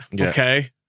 Okay